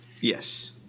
Yes